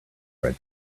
red